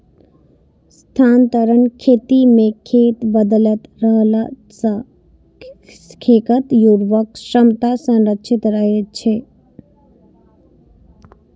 स्थानांतरण खेती मे खेत बदलैत रहला सं खेतक उर्वरक क्षमता संरक्षित रहै छै